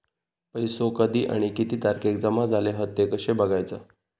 पैसो कधी आणि किती तारखेक जमा झाले हत ते कशे बगायचा?